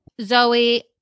Zoe